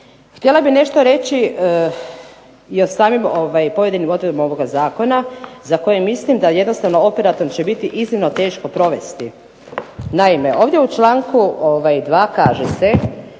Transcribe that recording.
Htjela bih nešto reći i o samim pojedinim odredbama ovoga zakona, za koji mislim da jednostavno operativno će biti iznimno teško provesti. Naime ovdje u članku 2. kaže se